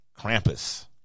Krampus